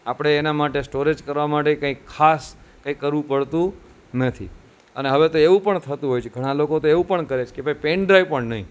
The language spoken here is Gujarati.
આપણે એના માટે સ્ટોરેજ કરવા માટે કંઈક ખાસ કરવું પડતું નથી અને હવે તો એવું પણ થતું હોય છે ઘણા લોકો તો એવું પણ કરે છે કે પેન ડ્રાઈવ પણ નહીં